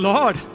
Lord